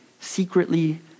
secretly